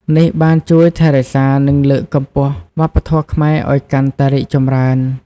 នេះបានជួយថែរក្សានិងលើកកម្ពស់វប្បធម៌ខ្មែរឱ្យកាន់តែរីកចម្រើន។